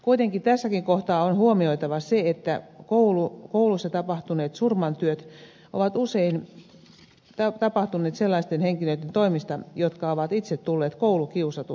kuitenkin tässäkin kohtaa on huomioitava se että kouluissa tapahtuneet surmatyöt ovat usein tapahtuneet sellaisten henkilöiden toimesta jotka ovat itse tulleet koulukiusatuiksi